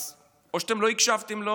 אז או שלא הקשבתם לו